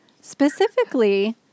specifically